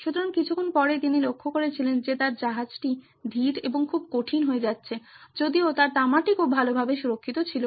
সুতরাং কিছুক্ষণ পরে তিনি লক্ষ্য করেছিলেন যে তার জাহাজটি ধীর এবং খুব কঠিন হয়ে যাচ্ছে যদিও তার তামাটি খুব ভালোভাবে সুরক্ষিত ছিল